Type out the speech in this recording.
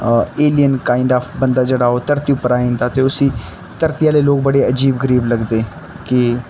alien kind of बंदा जेह्ड़ा ओह् धरती पर आई जंदा ते उसी धरती आह्ले लोक बड़े अजीब गरीब लगदे के